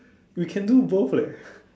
we can do both leh